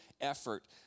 effort